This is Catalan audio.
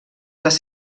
les